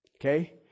Okay